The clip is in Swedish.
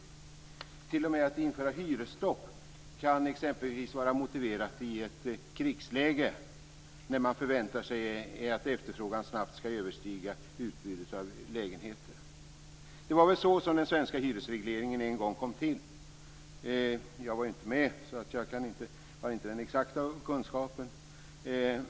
Att t.o.m. införa hyresstopp kan exempelvis vara motiverat i ett krigsläge, när man förväntar sig att efterfrågan snabbt ska överstiga utbudet av lägenheter. Det var väl så som den svenska hyresregleringen en gång kom till. Jag var inte med, så jag har inte den exakta kunskapen.